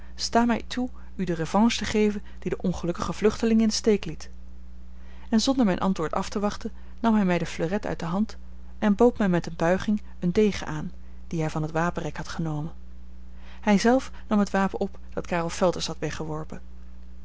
u de revanche te geven die de ongelukkige vluchteling in den steek liet en zonder mijn antwoord af te wachten nam hij mij de fleuret uit de hand en bood mij met eene buiging eene degen aan dien hij van het wapenrek had genomen hij zelf nam het wapen op dat karel felters had weggeworpen